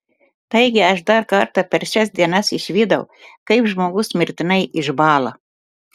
taigi aš dar kartą per šias dienas išvydau kaip žmogus mirtinai išbąla